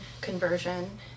conversion